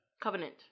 Covenant